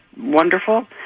wonderful